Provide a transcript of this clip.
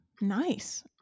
nice